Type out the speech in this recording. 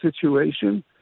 situation